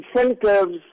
incentives